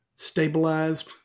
stabilized